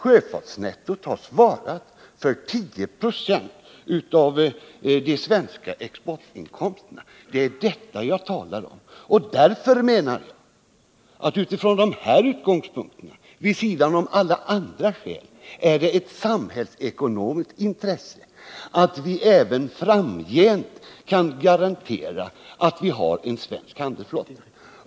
Sjöfartsnettot har svarat för 10 26 av de svenska exportinkomsterna. Det är detta jag talar om. Utifrån dessa utgångspunkter, vid sidan om alla andra skäl, menar jag att det är ett samhällekonomiskt intresse att man kan garantera att vi även framgent har en svensk handelsflotta.